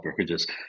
brokerages